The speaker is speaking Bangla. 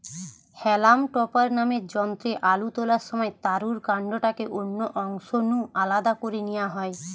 হেলাম টপার নামের যন্ত্রে আলু তোলার সময় তারুর কান্ডটাকে অন্য অংশ নু আলদা করি নিয়া হয়